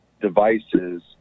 devices